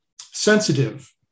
sensitive